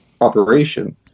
operation